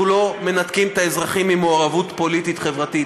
אנחנו לא מנתקים את האזרחים ממעורבות פוליטית-חברתית.